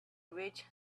rich